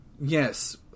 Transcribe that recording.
Yes